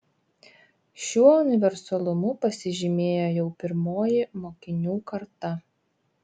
šiuo universalumu pasižymėjo jau pirmoji mokinių karta